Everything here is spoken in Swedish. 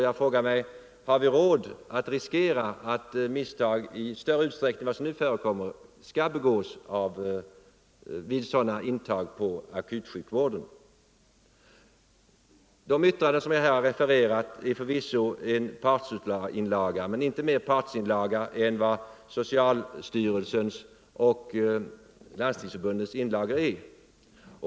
Jag frågar mig: Har vi råd att riskera att misstag begås i större utsträckning än vad som nu förekommer vid intag till akutsjukvården? De yttranden jag här har refererat utgör förvisso en partsinlaga - men inte mer partsinlaga än socialstyrelsens och Landstingsförbundets inlagor är.